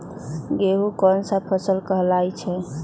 गेहूँ कोन सा फसल कहलाई छई?